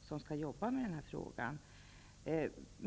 som skall jobba med frågan.